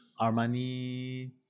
Armani